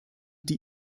die